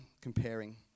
comparing